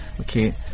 Okay